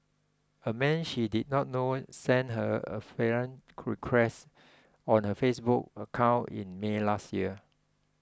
a man she did not know sent her a friend request on her Facebook account in May last year